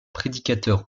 prédicateur